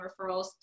referrals